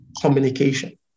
Communication